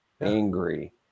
angry